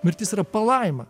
mirtis yra palaima